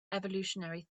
evolutionary